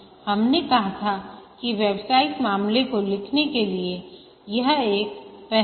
हमने कहा था कि व्यावसायिक मामले को लिखने के लिए यह एक पहल है